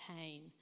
pain